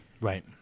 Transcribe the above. right